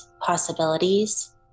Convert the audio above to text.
possibilities